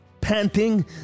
panting